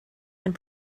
and